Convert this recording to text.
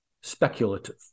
speculative